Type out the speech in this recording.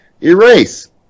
Erase